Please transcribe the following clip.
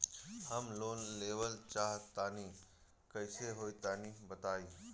हम लोन लेवल चाह तनि कइसे होई तानि बताईं?